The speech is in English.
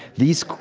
these